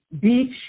beach